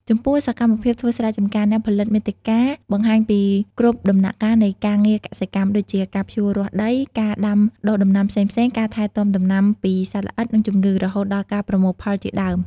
ចំពោះ សកម្មភាពធ្វើស្រែចំការ អ្នកផលិតមាតិកាបង្ហាញពីគ្រប់ដំណាក់កាលនៃការងារកសិកម្ម ដូចជា ការភ្ជួររាស់ដី ការដាំដុះដំណាំផ្សេងៗ ការថែទាំដំណាំពីសត្វល្អិត និងជំងឺ រហូតដល់ការប្រមូលផលជាដើម។